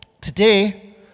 today